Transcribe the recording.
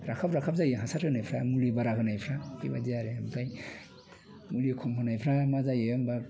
राखाब राखाब जायो हासार होनायफ्रा मुलि बारा होनायफ्रा बेबायदि आरो ओमफ्राय मुलि खम होनायफ्रा मा जायो होमब्ला